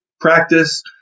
practice